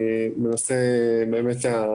אבל הייתי רוצה מאוד לשאול לגבי שני דברים.